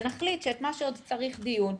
ונחליט את מה שעוד צריך דיון,